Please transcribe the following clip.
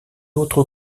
autre